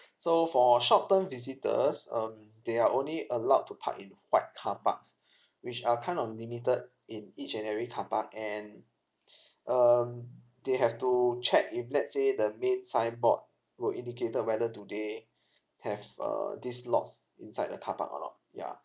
so for short term visitors um they are only allowed to park in the white car parks which are kind of limited in each and every car park and um they have to check if let's say the main signboard were indicated whether today have uh these lots inside the car park or not ya